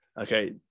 okay